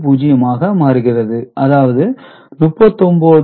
10 ஆக மாறுகிறது அதாவது 39